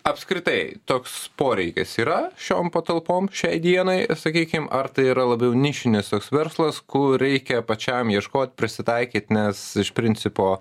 apskritai toks poreikis yra šiom patalpom šiai dienai sakykim ar tai yra labiau nišinis toks verslas kur reikia pačiam ieškot prisitaikyt nes iš principo